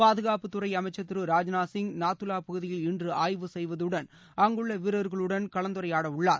பாதுகாப்புத்துறை அமைச்சர் திரு ராஜ்நாத் சிங் நாத்துவா பகுதியில் இன்று ஆய்வு செய்வதுடன் அங்குள்ள வீரர்களுடன் கலந்துரையாடவுள்ளார்